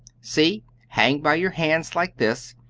see, hang by your hands, like this.